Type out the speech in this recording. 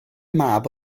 mab